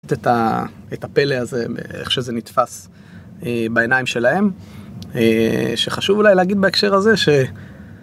את ה.. את הפלא הזה, איך שזה נתפס בעיניים שלהם, שחשוב אולי להגיד בהקשר הזה ש...